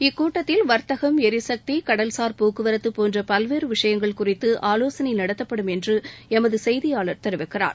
இக்கூட்டத்தில் வா்த்தகம் ளிசக்தி கடல்சார் போக்குவரத்து போன்ற பல்வேறு விஷயங்கள் குறித்து ஆலோசனை நடத்தப்படும் என்று எமது செய்தியாளர் தெரிவிக்கிறார்